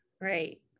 right